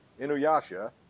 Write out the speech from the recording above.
Inuyasha